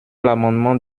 l’amendement